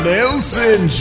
Nelson